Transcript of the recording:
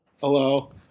Hello